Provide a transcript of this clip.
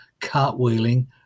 cartwheeling